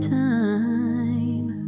time